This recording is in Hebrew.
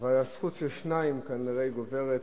אבל הזכות של שניים כנראה גוברת.